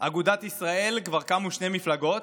אגודת ישראל כבר קמו שתי מפלגות.